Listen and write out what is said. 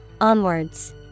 onwards